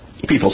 People